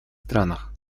странах